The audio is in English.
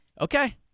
Okay